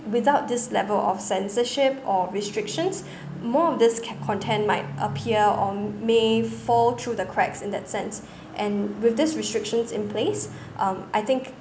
without this level of censorship or restrictions more of this ca~ content might appear or m~ may fall through the cracks in that sense and with these restrictions in place um I think